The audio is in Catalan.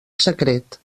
secret